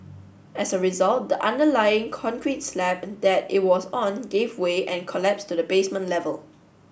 as a result the underlying concrete slab that it was on gave way and collapsed to the basement level